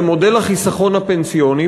במודל החיסכון הפנסיוני,